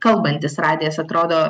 kalbantis radijas atrodo